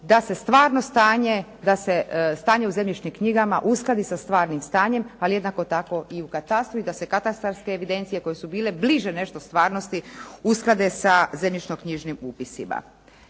da se stanje u zemljišnim knjigama uskladi sa stvarnim stanjem, ali jednako tako i u katastru i da se katastarske evidencije koje su bile bliže nešto stvarnosti usklade sa zemljišno-knjižnim upisima.